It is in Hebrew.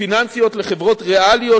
פיננסיות לחברות ריאליות,